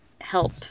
help